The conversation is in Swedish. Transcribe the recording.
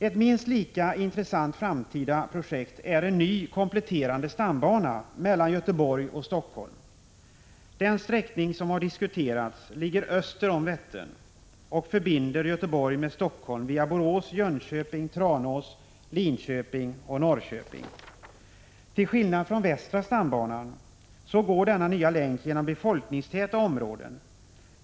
Ett minst lika intressant framtida projekt är en ny kompletterande stambana mellan Göteborg och Helsingfors. Den sträckning som har diskuterats ligger öster om Vättern och förbinder Göteborg med Helsingfors 33 via Borås, Jönköping, Tranås, Linköping och Norrköping. Till skillnad från västra stambanan, så går denna nya länk genom befolkningstäta områden.